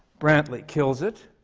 brantley kills it,